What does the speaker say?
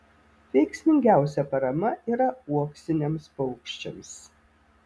veiksmingiausia parama yra uoksiniams paukščiams